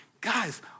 Guys